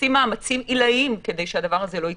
עושים מאמצים עילאיים כדי שהדבר הזה לא יתפשט.